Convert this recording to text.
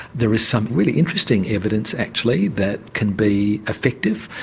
there is some really interesting evidence actually that can be effective.